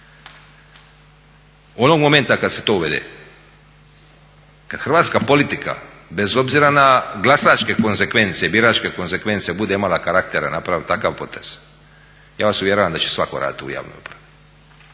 Onog momenta kada se to uvede, kada hrvatska politika bez obzira na glasačke konsekvence i biračke konsekvence bude imala karaktera napraviti takav potez ja vas uvjeravam da će svatko raditi u javnoj